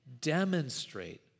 demonstrate